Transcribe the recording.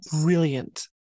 Brilliant